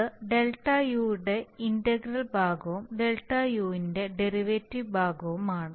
ഇത് Δu യുടെ ഇന്റഗ്രൽ ഭാഗവും Δu ന്റെ ഡെറിവേറ്റീവ് ഭാഗവുമാണ്